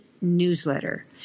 newsletter